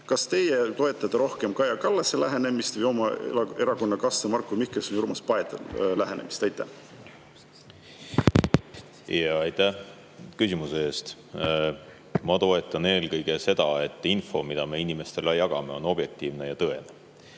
Kas teie toetate rohkem Kaja Kallase lähenemist või oma erakonnakaaslaste Marko Mihkelsoni ja Urmas Paeti lähenemist? Aitäh küsimuse eest! Ma toetan eelkõige seda, et info, mida me inimestele jagame, on objektiivne ja tõene.